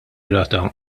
rata